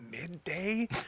midday